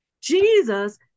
Jesus